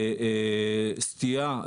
של סטייה,